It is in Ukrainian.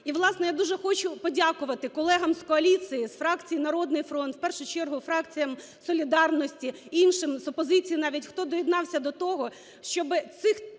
І, власне, я дуже хочу подякувати колегам з коаліції, з фракції "Народний фронт", в першу чергу фракціям "Солідарності", іншим, з опозиції навіть, хто доєднався до того, щоб ці